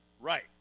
Right